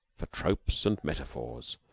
for tropes and metaphors,